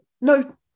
No